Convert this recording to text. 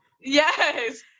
Yes